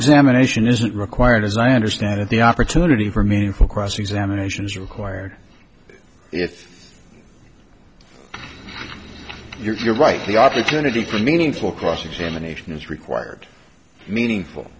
examination isn't required as i understand it the opportunity for meaningful cross examination is required if you're right the opportunity for meaningful cross examination is required meaningful